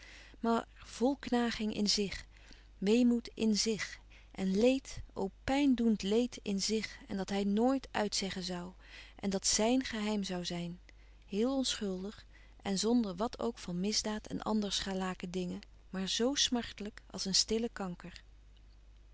maar vol knaging in zich weemoed in zich en leed o pijndoend leed in zich en dat hij noit uitzeggen zoû en dat zijn geheim zoû zijn heel onschuldig en zonder wat ook van misdaad en andere scharlaken dingen maar zo smartelijk als een stille kanker